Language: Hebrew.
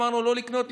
אמרנו: לא לקנות,